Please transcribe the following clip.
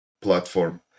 platform